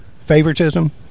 Favoritism